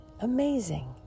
Amazing